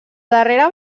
darrera